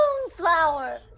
moonflower